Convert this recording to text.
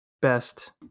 best